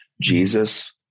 Jesus